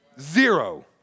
Zero